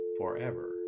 forever